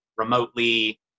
remotely